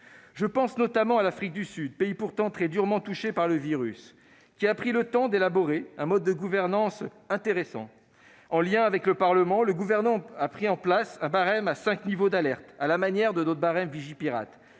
je pense notamment à l'Afrique du Sud, pourtant très durement touchée par le virus, qui a pris le temps d'élaborer un mode de gouvernance intéressant. En lien avec le parlement, le gouvernement y a mis en place un barème à cinq niveaux d'alerte, à la manière de notre barème Vigipirate.